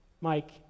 Mike